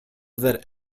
that